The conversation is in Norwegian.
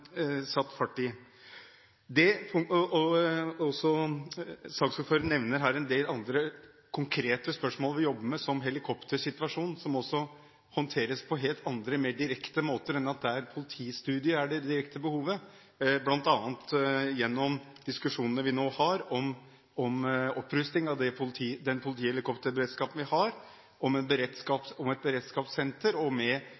nevner her en del andre konkrete spørsmål som vi jobber med, som helikoptersituasjonen, som også håndteres på helt andre og mer direkte måter – uten at en politistudie er det direkte behovet – bl.a. gjennom diskusjonene vi nå har om opprusting av den politihelikopterberedskapen vi har, om et beredskapssenter og med